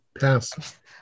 Pass